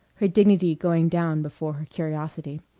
her dignity going down before her curiosity.